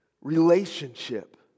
relationship